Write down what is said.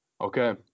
Okay